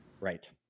Right